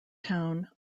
town